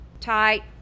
tight